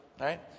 right